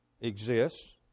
exists